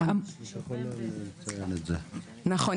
נכון,